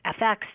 FX